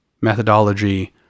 Methodology